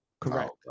Correct